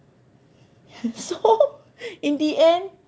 so in the end